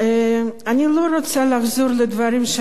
אני לא רוצה לחזור על דברים שאמרו כאן,